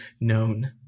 known